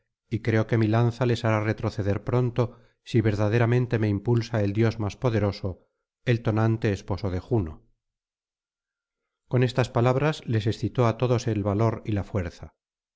y creo que mi lanza les hará retroceder pronto si verdaderamente me impulsa el dios más poderoso el tonante esposo de juno con estas palabras les excitó á todos el valor y la fuerza